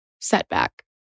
setback